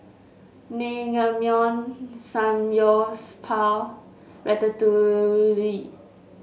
Naengmyeon Samgyeopsal Ratatouille